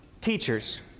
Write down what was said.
Teachers